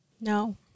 No